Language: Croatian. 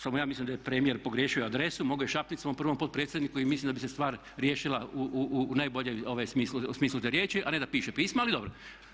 Samo ja mislim da je premijer pogriješio adresu, mogao je šapnuti svom prvom potpredsjedniku i mislim da bi se stvar riješila u najboljem smislu te riječi a ne da piše pisma, ali dobro.